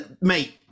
Mate